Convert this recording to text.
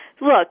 look